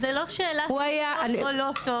זה לא שאלה של טוב או לא טוב.